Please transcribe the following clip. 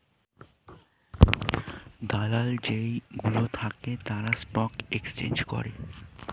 দালাল যেই গুলো থাকে তারা স্টক এক্সচেঞ্জ করে